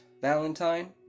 Valentine